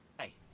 Hey